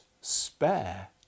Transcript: spare